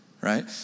right